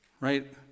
Right